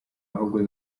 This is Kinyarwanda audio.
ahubwo